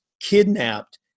kidnapped